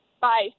bye